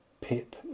Pip